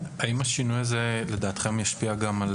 האם, לדעתכם, השינוי הזה ישפיע גם על